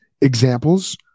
examples